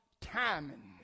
timing